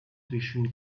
zwischen